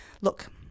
Look